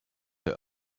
her